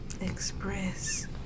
express